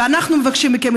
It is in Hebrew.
ואנחנו מבקשים מכם,